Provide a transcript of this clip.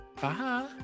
Bye